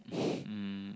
um